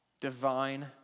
divine